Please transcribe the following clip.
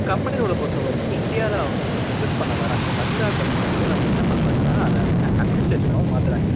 company ரூலை பொறுத்த வரைக்கும் இந்தியாவில அவங்க ஒரு பிஸ்னஸ் பண்ண வராங்க வந்த அந்த பாயிண்ட்லந்து அவங்க என்ன பண்ணுறாங்கன்னா அதை அவங்க அட்மினிஸ்ட்ரேஷனாகவும் மாற்றுறாங்க